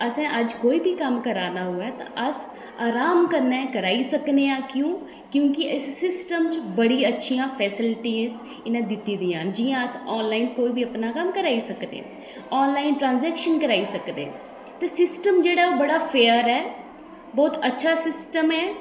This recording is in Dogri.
असें अज्ज कोई बी कम्म कराना होऐ ते अस आराम कन्नै कराई सकने आं क्यों क्योंकि इस सिस्टम च बड़ी अच्छियां फेस्लिटीज इ'नें दित्ती दियां न जि'यां अस आनलाईन कोई बी अपना कम्म कराई सकने आनलाईन ट्राजैक्शन कराई सकदे ते सिस्टम जेह्ड़ा ऐ ओह् बड़ा फेयर ऐ बोह्त अच्छा सिस्टम ऐ